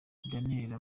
daniella